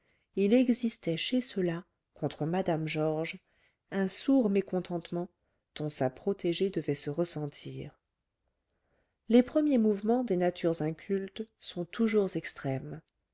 il existait chez ceux-là contre mme georges un sourd mécontentement dont sa protégée devait se ressentir les premiers mouvements des natures incultes sont toujours extrêmes